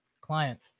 client